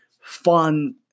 fun